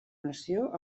nació